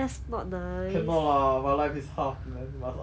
cannot lah my life is tough man must understand me